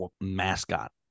mascot